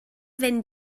fynd